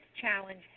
challenge